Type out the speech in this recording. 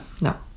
No